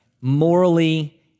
Morally